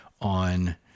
on